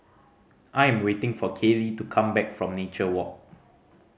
I am waiting for Kayley to come back from Nature Walk